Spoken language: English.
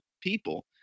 people